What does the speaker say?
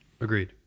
Agreed